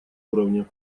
уровне